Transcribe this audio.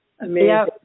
Amazing